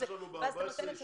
קחו בחשבון שיש לנו ב-14 ישיבה